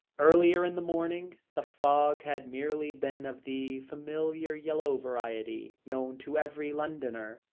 earlier in the morning the fog had merely been of the familiar yellow variety known to every londoner.